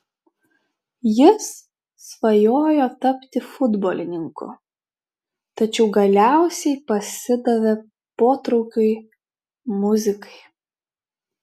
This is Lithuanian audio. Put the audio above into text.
jis svajojo tapti futbolininku tačiau galiausiai pasidavė potraukiui muzikai